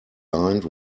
lined